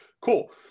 cool